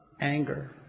anger